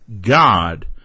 God